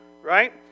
right